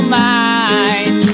mind